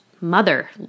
mother